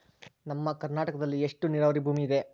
ನಮ್ಮ ಕರ್ನಾಟಕದಲ್ಲಿ ಎಷ್ಟು ನೇರಾವರಿ ಭೂಮಿ ಇದೆ?